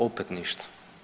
Opet ništa.